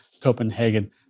Copenhagen